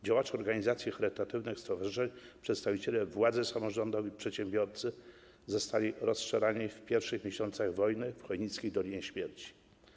Działacze organizacji charytatywnych, stowarzyszeń, przedstawiciele władzy samorządowej, przedsiębiorcy zostali rozstrzelani w pierwszych miesiącach wojny w chojnickiej Dolinie Śmierci.